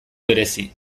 berezi